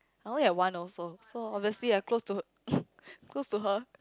I only have one also so obviously I close to close to her